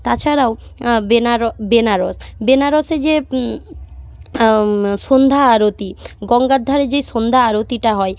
তাছাড়াও বেনার বেনারস বেনারসে যে সন্ধ্যা আরতি গঙ্গার ধারে যে সন্ধ্যা আরতিটা হয়